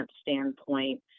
standpoint